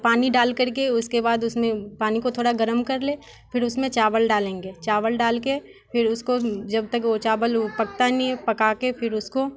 पानी डालकर के उसके बाद उसमें पानी को थोड़ा गरम कर लें फिर उसमें चावल डालेंगे चावल डाल के फिर उसको जब तक वो चावल उ पकता नहीं है पका के फिर उसको